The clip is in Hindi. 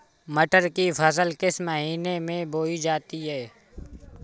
मटर की फसल किस महीने में बोई जाती है?